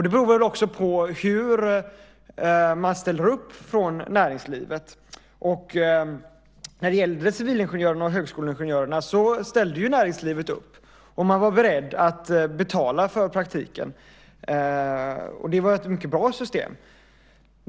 Det beror också på hur man ställer upp från näringslivet. När det gällde civil och högskoleingenjörerna ställde ju näringslivet upp. Man var beredd att betala för praktiken. Det var ett mycket bra system.